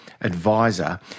advisor